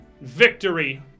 victory